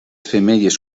femelles